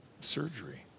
surgery